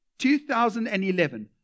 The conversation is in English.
2011